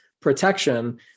protection